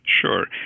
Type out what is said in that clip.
Sure